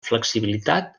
flexibilitat